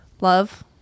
Love